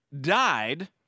died